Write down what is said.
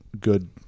good